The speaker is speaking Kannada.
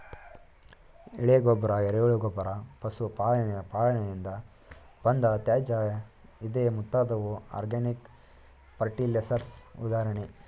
ಎಲೆ ಗೊಬ್ಬರ, ಎರೆಹುಳು ಗೊಬ್ಬರ, ಪಶು ಪಾಲನೆಯ ಪಾಲನೆಯಿಂದ ಬಂದ ತ್ಯಾಜ್ಯ ಇದೇ ಮುಂತಾದವು ಆರ್ಗ್ಯಾನಿಕ್ ಫರ್ಟಿಲೈಸರ್ಸ್ ಉದಾಹರಣೆ